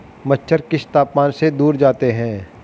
मच्छर किस तापमान से दूर जाते हैं?